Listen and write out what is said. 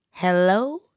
Hello